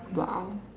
!wow!